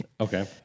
Okay